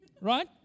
right